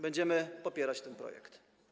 Będziemy popierać ten projekt.